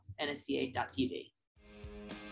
nsca.tv